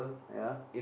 ya